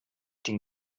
den